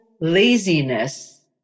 laziness